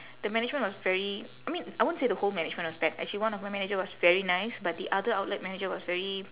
the management was very I mean I won't say the whole management was bad actually one of my manager was very nice but the other outlet manager was very